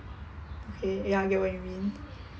okay ya I get what you mean